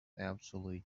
obsolete